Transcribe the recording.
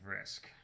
Risk